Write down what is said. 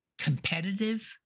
Competitive